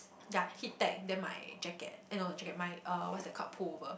ya HeatTech then my jacket eh no not jacket my uh what's that called pullover